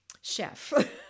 chef